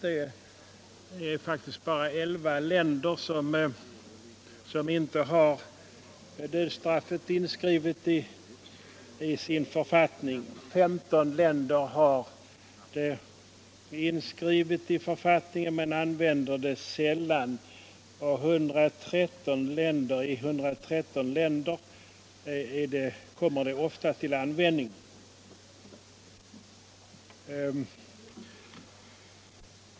Det är faktiskt bara II länder som inte har dödsstraffet inskrivet i sin författning. 15 länder har det inskrivet i författningen men använder det sällan, och i 113 länder kommer det ofta till användning.